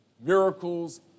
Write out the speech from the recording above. miracles